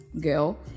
girl